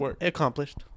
accomplished